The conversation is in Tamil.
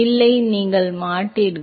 இல்லை நீங்கள் மாட்டீர்கள்